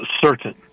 certain